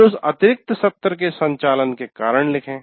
फिर उस अतिरिक्त सत्र के संचालन के कारण लिखे